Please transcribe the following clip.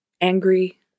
Angry